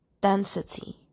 density